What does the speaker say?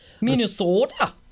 Minnesota